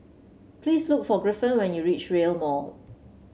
please look for Griffin when you reach Rail Mall